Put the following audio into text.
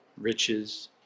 riches